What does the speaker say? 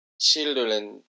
children